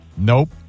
Nope